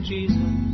Jesus